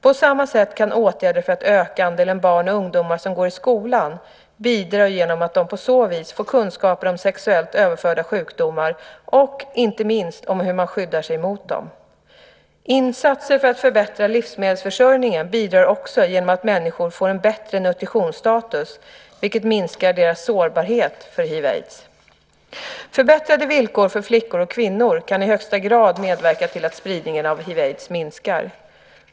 På samma sätt kan åtgärder för att öka andelen barn och ungdomar som går i skolan bidra genom att de på så vis får kunskaper om sexuellt överförda sjukdomar och - inte minst - om hur man skyddar sig mot dem. Insatser för att förbättra livsmedelsförsörjningen bidrar också genom att människor får en bättre nutritionsstatus, vilket minskar deras sårbarhet för hiv aids minskar.